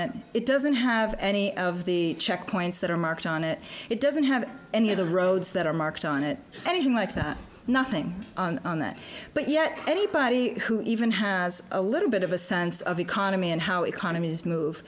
it it doesn't have any of the checkpoints that are marked on it it doesn't have any of the roads that are marked on it anything like that nothing on that but yet anybody who even has a little bit of a sense of economy and how economies move